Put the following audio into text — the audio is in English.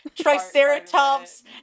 Triceratops